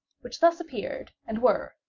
which thus appeared, and were,